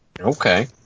Okay